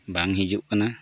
ᱵᱟᱝ ᱦᱤᱡᱩᱜ ᱠᱟᱱᱟ